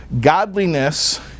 godliness